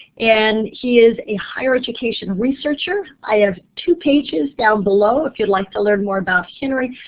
and he is a higher education researcher. i have two pages down below, if you'd like to learn more about henry.